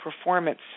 performance